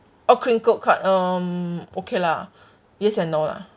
oh crinkled cut um okay lah yes and no lah